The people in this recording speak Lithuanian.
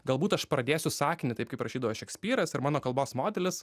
galbūt aš pradėsiu sakinį taip kaip prašydavo šekspyras ir mano kalbos modelis